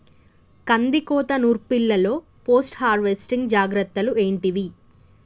కందికోత నుర్పిల్లలో post harvesting జాగ్రత్తలు ఏంటివి?